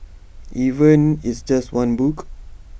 even it's just one book